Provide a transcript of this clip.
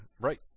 Right